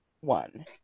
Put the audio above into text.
one